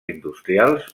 industrials